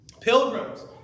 Pilgrims